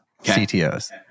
CTOs